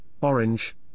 orange